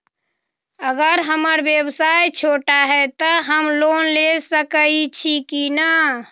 अगर हमर व्यवसाय छोटा है त हम लोन ले सकईछी की न?